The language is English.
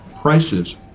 prices